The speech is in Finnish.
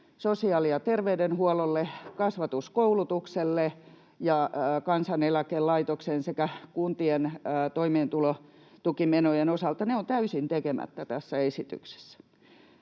sosiaali- ja terveydenhuollolle, kasvatuskoulutukselle ja Kansaneläkelaitoksen sekä kuntien toimeentulotukimenojen osalta, on täysin tekemättä tässä esityksessä.